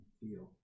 feel